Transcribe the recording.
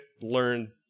learn